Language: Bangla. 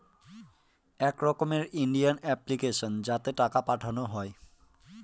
এক রকমের ইন্ডিয়ান অ্যাপ্লিকেশন যাতে টাকা পাঠানো হয়